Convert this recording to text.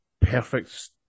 perfect